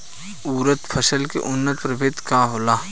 उरद फसल के उन्नत प्रभेद का होला?